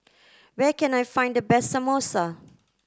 where can I find the best Samosa